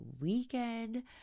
weekend